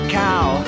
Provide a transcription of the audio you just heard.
cow